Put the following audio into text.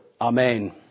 Amen